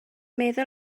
meddwl